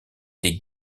des